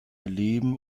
erleben